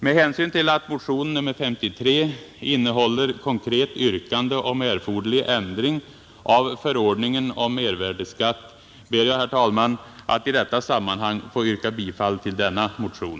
Med hänsyn till att motionen 53 innehåller konkret yrkande om erforderlig ändring av förordningen om mervärdeskatt ber jag, herr talman, att i detta sammanhang få yrka bifall till denna motion.